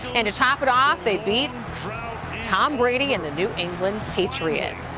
and to top it off, they beat tom brady and the new england patriots.